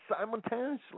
simultaneously